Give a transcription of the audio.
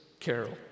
Carol